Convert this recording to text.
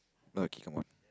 okay come on